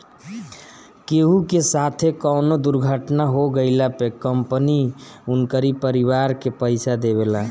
केहू के साथे कवनो दुर्घटना हो गइला पे कंपनी उनकरी परिवार के पईसा देवेला